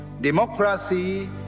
democracy